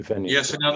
Yes